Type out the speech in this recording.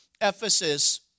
Ephesus